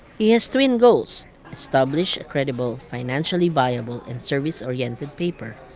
he has twin goals establish a credible, financially viable and service-oriented paper,